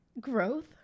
Growth